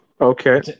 Okay